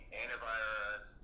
antivirus